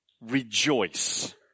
rejoice